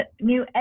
new